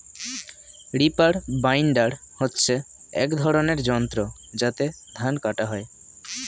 reaper binder হচ্ছে এক ধরনের যন্ত্র যাতে ধান কাটা হয়